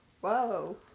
whoa